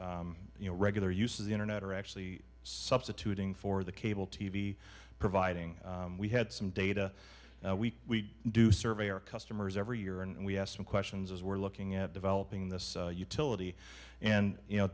you know regular uses the internet or actually substituting for the cable t v providing we had some data we do survey our customers every year and we ask them questions as we're looking at developing this utility and you know